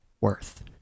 worth